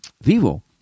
Vivo